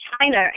China